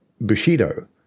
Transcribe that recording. Bushido